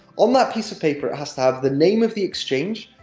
on that piece of paper, it has to have the name of the exchange,